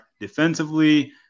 defensively